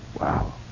Wow